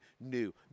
new